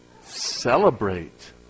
Celebrate